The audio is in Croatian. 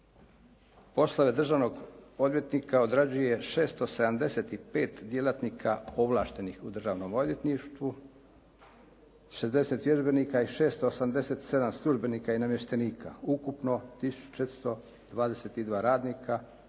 poslove državnog odvjetnika odrađuje 675 djelatnika ovlaštenih u Državnom odvjetništvu, 60 vježbenika i 687 službenika i namještenika. Ukupno 1422 radnika